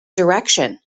direction